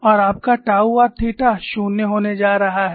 और आपका tau r theta 0 होने जा रहा है